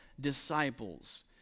disciples